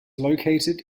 located